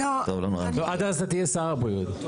לא, עד אז אתה תהיה שר הבריאות.